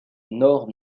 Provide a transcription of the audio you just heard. nord